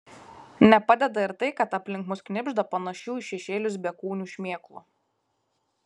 nepadeda ir tai kad aplink mus knibžda panašių į šešėlius bekūnių šmėklų